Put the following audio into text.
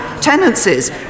tenancies